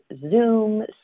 Zoom